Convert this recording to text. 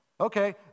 Okay